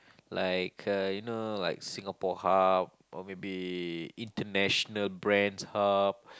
like a you know like Singapore hub or maybe international brand's hub